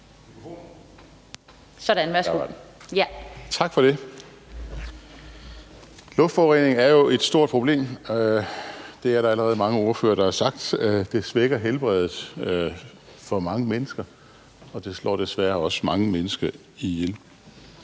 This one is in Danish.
Dahl (LA): Tak for det. Luftforurening er jo et stort problem. Det er der allerede mange ordførere, der har sagt. Det svækker helbredet for mange mennesker, og det slår desværre også mange mennesker ihjel.